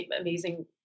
amazing